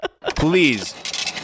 Please